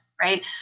right